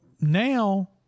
now